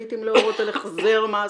להחליט אם להורות על החזר מס,